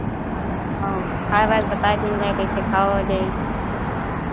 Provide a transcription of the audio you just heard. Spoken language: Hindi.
और खाय वाय के बताए दीन जाए कैसे खावा ओवा जाई